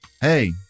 Hey